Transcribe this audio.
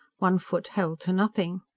one foot held to nothing.